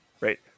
right